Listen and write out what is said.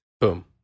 Boom